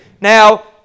Now